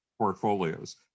portfolios